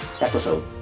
episode